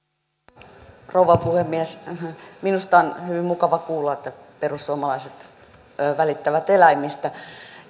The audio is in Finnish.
arvoisa rouva puhemies minusta on hyvin mukava kuulla että perussuomalaiset välittävät eläimistä